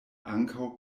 ankaŭ